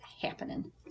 happening